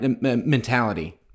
mentality